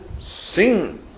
sing